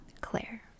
Claire